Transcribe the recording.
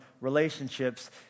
relationships